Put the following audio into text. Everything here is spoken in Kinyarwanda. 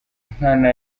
nkana